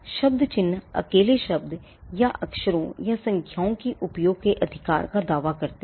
शब्द चिह्न अकेले शब्द या अक्षरों या संख्याओं के उपयोग के अधिकार का दावा करते हैं